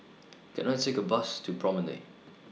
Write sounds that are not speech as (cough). (noise) Can I Take A Bus to Promenade